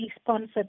sponsored